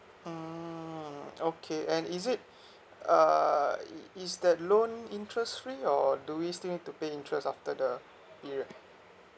mmhmm okay and is it uh is is that loan interest free or do we still need to pay interest after the period